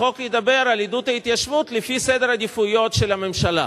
ידבר על עידוד ההתיישבות לפי סדר עדיפויות של הממשלה,